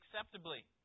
acceptably